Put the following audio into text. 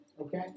Okay